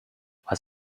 was